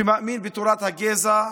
שמאמין בתורת הגזע,